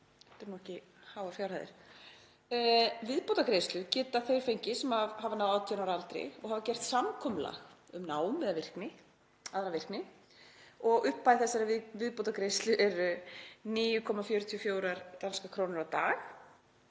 Viðbótargreiðslu geta þeir fengið sem hafa náð 18 ára aldri og hafa gert samkomulag um nám eða aðra virkni og upphæð þessarar viðbótargreiðslu er 9,44 danskar krónur á dag